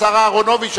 השר אהרונוביץ,